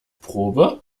probe